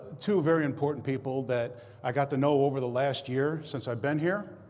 two very important people that i got to know over the last year since i've been here